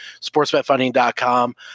SportsBetFunding.com